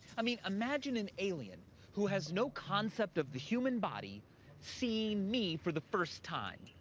i mean, imagine an alien who has no concept of the human body seeing me for the first time.